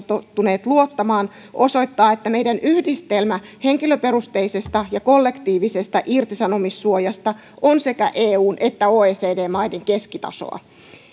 tottuneet luottamaan osoittaa että meidän yhdistelmä henkilöperusteisesta ja kollektiivisesta irtisanomissuojasta on sekä eun että oecd maiden keskitasoa